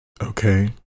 okay